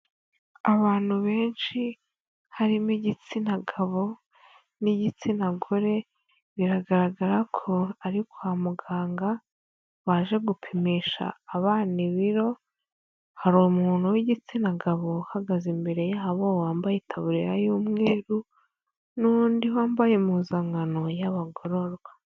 Abantu benshi harimo igitsina gabo, n'igitsina gore, biragaragara ko ari kwa muganga, baje gupimisha abana ibiro, hari umuntu w'igitsina gabo, uhagaze imbere yabo, wambaye itaburiya y'umweru, n'undi wambaye impuzankano y'abagororwa.